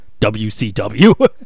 WCW